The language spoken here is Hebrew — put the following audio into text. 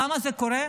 למה זה קורה?